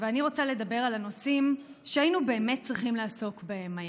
ואני רוצה לדבר על הנושאים שהיינו באמת צריכים לעסוק בהם היום,